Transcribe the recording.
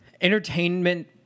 entertainment